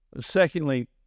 Secondly